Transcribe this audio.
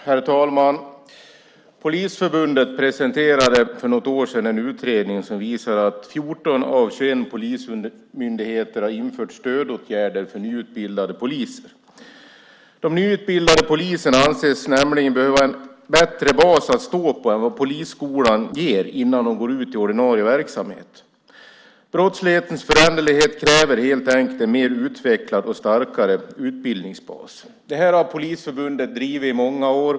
Herr talman! Polisförbundet presenterade för något år sedan en utredning som visade att 14 av 21 polismyndigheter har infört stödåtgärder för nyutbildade poliser. De nyutbildade poliserna anses nämligen behöva en bättre bas att stå på än vad polisskolan ger innan de går ut i ordinarie verksamhet. Brottslighetens föränderlighet kräver helt enkelt en mer utvecklad och starkare utbildningsbas. Det här har Polisförbundet drivit i många år.